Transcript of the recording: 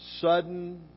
sudden